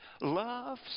Love